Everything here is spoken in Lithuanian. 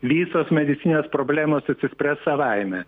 visos medicininės problemos išsispręs savaime